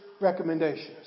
recommendations